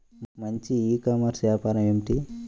మంచి e commerce వ్యాపారం ఏమిటీ?